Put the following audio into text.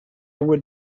would